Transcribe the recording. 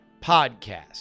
podcast